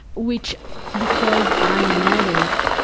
which because i am an addict,